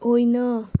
होइन